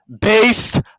Based